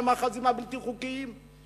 המאחזים הבלתי-חוקיים.